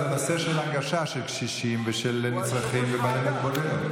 זה נושא של הנגשה של קשישים ושל נצרכים ובעלי מוגבלויות.